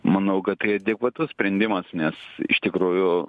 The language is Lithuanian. manau kad tai adekvatus sprendimas nes iš tikrųjų